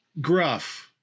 Gruff